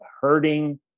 hurting